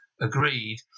agreed